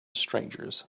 strangers